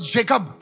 Jacob